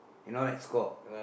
you know right score